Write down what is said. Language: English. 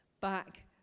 back